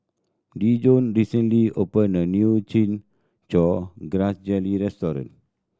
Dijon recently opened a new Chin Chow Grass Jelly restaurant